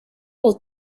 will